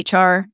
HR